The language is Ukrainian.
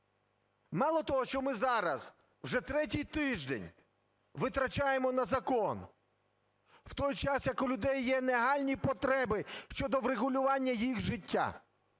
Мало того, що ми зараз вже третій тиждень витрачаємо на закон, в той час, як у людей є нагальні потреби щодо врегулювання їх життя,